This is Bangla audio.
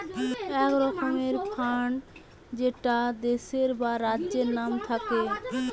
এক রকমের ফান্ড যেটা দেশের বা রাজ্যের নাম থাকে